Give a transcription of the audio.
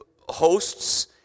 hosts